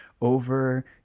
over